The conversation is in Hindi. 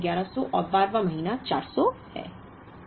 11 वां महीना 1100 है और 12 वां महीना 400 है